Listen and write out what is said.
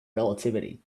relativity